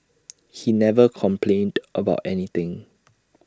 he never complained about anything